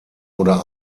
oder